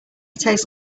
tastes